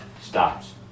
stops